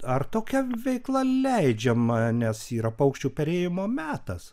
ar tokia veikla leidžiama nes yra paukščių perėjimo metas